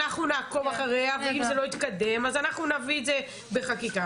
אנחנו נעקוב אחריה ואם זה לא יתקדם אנחנו נביא את זה בחקיקה,